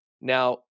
Now